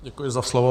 Děkuji za slovo.